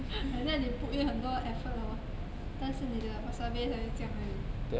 很像你 put in 很多 effort hor 但是你的 wasabi 才是这样而已